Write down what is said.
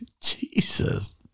Jesus